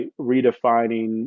redefining